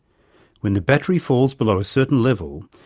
when the battery falls below a certain level,